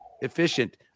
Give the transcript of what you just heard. efficient